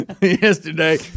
yesterday